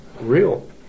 real